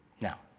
Now